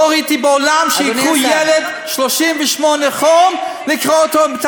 לא ראיתי בעולם שייקחו ילד עם 38 מעלות חום מתחת,